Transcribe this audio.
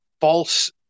false